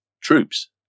troops